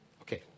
Okay